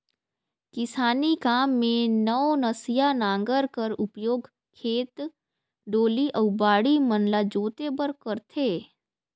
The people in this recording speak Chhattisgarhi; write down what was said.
किसानी काम मे नवनसिया नांगर कर उपियोग खेत, डोली अउ बाड़ी मन ल जोते बर करथे